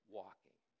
walking